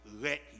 let